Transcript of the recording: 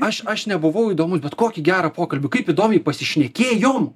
aš aš nebuvau įdomus bet kokį gerą pokalbį kaip įdomiai pasišnekėjom